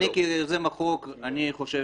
אז אני, כיוזם החוק, אני חושב